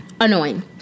annoying